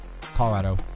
Colorado